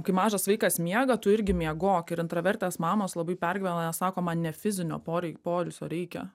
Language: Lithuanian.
kai mažas vaikas miega tu irgi miegok ir intravertės mamos labai pergyvena sako man ne fizinio porei poilsio reikia